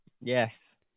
Yes